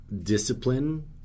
discipline